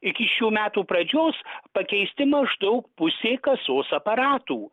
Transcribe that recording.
iki šių metų pradžios pakeisti maždaug pusė kasos aparatų